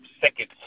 second